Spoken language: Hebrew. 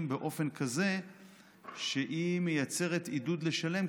באופן כזה שהיא מייצרת עידוד לשלם,